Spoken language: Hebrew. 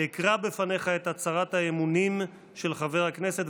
אקרא בפניך את הצהרת האמונים של חבר הכנסת,